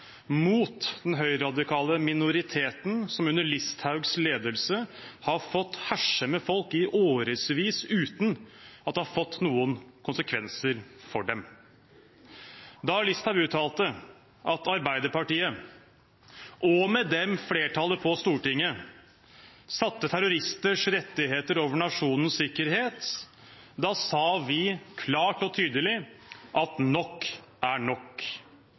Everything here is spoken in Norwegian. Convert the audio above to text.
mot den høyreradikale minoriteten som under Listhaugs ledelse har fått herse med folk i årevis uten at det har fått noen konsekvenser for dem. Da Listhaug utalte at Arbeiderpartiet, og med dem flertallet på Stortinget, satte terroristers rettigheter over nasjonens sikkerhet, sa vi klart og tydelig at nok er nok.